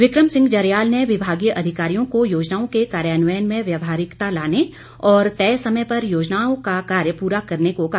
विक्रम सिंह जरयाल ने विभागीय अधिकारियों को योजनाओं के कार्यान्वयन में व्यवहारिकता लोने तय समय पर योजनाओं का कार्य पूरा करने को कहा